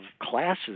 classes